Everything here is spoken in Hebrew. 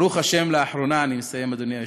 ברוך השם, לאחרונה, אני מסיים, אדוני היושב-ראש,